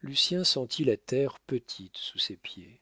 lucien sentit la terre petite sous ses pieds